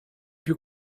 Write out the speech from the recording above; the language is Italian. più